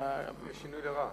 יש שינוי לרעה.